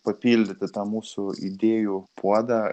papildyti tą mūsų idėjų puodą